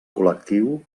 col·lectiu